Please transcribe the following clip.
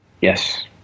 Yes